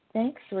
Thanks